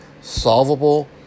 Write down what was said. solvable